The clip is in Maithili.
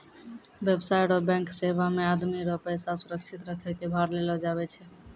व्यवसाय रो बैंक सेवा मे आदमी रो पैसा सुरक्षित रखै कै भार लेलो जावै छै